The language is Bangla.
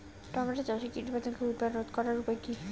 টমেটো চাষে কীটপতঙ্গের উৎপাত রোধ করার উপায় কী?